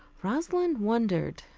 rosalind wondered.